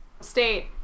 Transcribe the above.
state